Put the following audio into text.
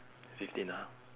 fifteen ah